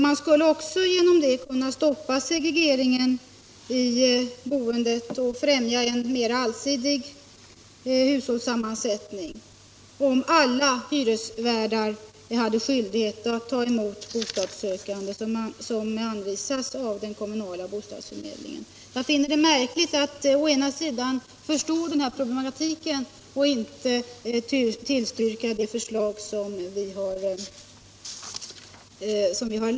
Man skulle också kunna stoppa segregeringen i boendet och främja en mera allsidig hushållssammansättning, om alla hyresvärdar hade skyldighet att ta emot bostadssökande, som anvisas av den kommunala bostadsförmedlingen. Jag finner det märkligt att man kan förstå denna problematik utan att ändå vilja tillstyrka det förslag som vi har lagt fram.